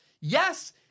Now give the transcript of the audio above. yes